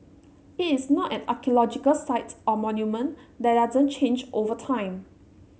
it is not an archaeological site or monument that doesn't change over time